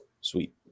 Sweet